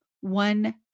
one